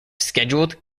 scheduled